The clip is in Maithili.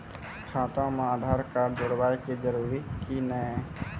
खाता म आधार कार्ड जोड़वा के जरूरी छै कि नैय?